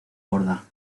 borda